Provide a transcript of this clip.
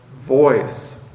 voice